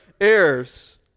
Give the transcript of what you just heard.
heirs